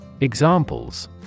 Examples